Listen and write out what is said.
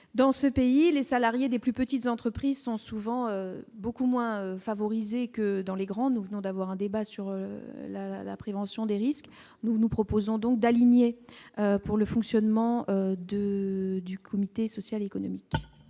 dans ce pays les salariés des plus petites entreprises sont souvent beaucoup moins favorisées que dans les grands, nous venons d'avoir un débat sur la prévention des risques, nous, nous proposons donc d'aligner pour le fonctionnement de du comité social économique.